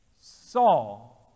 Saul